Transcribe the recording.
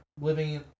living